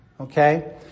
Okay